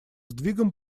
сдвигам